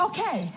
Okay